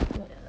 yup